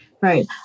Right